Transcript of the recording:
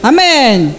Amen